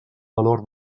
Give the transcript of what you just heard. valor